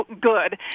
good